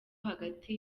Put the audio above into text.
hagati